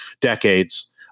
decades